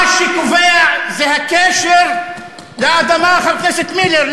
מה שקובע זה הקשר לאדמה, חבר הכנסת מילר.